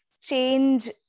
change